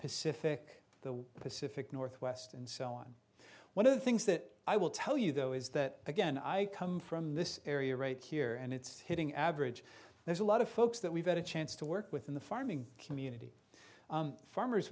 pacific the pacific northwest and so on one of the things that i will tell you though is that again i come from this area right here and it's hitting average there's a lot of folks that we've had a chance to work with in the farming community farmers